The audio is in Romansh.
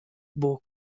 buca